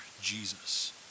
Jesus